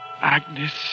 Agnes